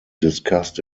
discussed